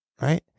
right